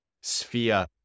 sphere